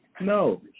No